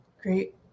Great